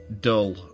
dull